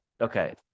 okay